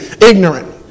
ignorant